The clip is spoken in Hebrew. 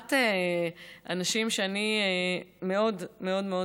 אחת הנשים שאני מאוד מאוד מאוד